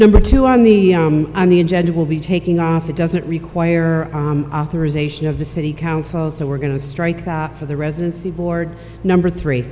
number two on the on the agenda will be taking off it doesn't require authorization of the city council so we're going to strike that for the residency board number three